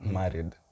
married